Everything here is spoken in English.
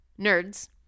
Nerds